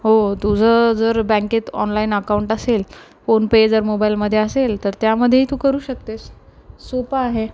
हो तुझं जर बँकेत ऑनलाईन अकाऊंट असेल फोनपे जर मोबाईलमध्ये असेल तर त्यामध्येही तू करू शकतेस सोपं आहे